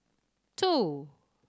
two